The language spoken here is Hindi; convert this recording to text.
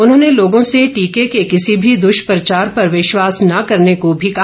उन्होंने लोगों से टीके के किसी मी दृष्प्रचार पर विश्वास न करने को भी कहा